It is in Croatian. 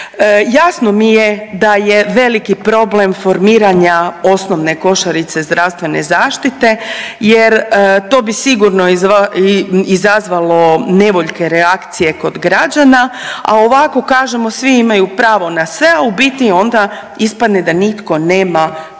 Jasno mi je da je veliki problem formiranja osnovne košarice zdravstvene zaštite jer to bi sigurno izazvalo nevoljke reakcije kod građana, a ovako kažemo svi imaju pravo na sve, a u biti onda ispadne da nitko nema pravo